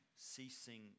ceasing